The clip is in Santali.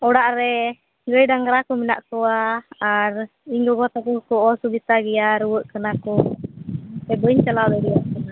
ᱚᱲᱟᱜ ᱨᱮ ᱜᱟᱹᱭ ᱰᱟᱝᱨᱟ ᱠᱚ ᱢᱮᱱᱟᱜ ᱠᱚᱣᱟ ᱟᱨ ᱤᱧ ᱜᱚᱜᱚ ᱛᱟᱠᱚ ᱠᱚ ᱚᱥᱩᱵᱤᱫᱟ ᱜᱮᱭᱟ ᱨᱩᱭᱟᱹᱜ ᱠᱟᱱᱟ ᱠᱚ ᱵᱟᱹᱧ ᱪᱟᱞᱟᱣ ᱫᱟᱲᱮᱭᱟᱜ ᱠᱟᱱᱟ